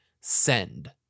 send